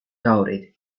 doubted